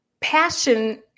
passion